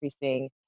increasing